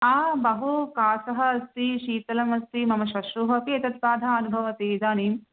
बहुकासः अस्ति शीतलमस्ति मम श्वश्रूः अपि एतद्बाधा अनुभवति इदानीम्